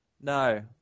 No